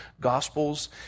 gospels